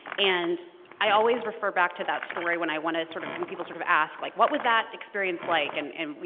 and i always refer back to that story when i want to sort of when people sort of ask, like, what was that experience like? and, and you